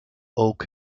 oak